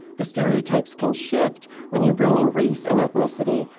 the stereotypes can shift when you bring in race and ethnicity,